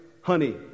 Honey